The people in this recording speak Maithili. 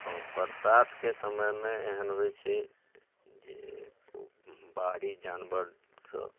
हँ बरसातके समयमे एहन होइ छै जे ओ बाहरी जानवरसँ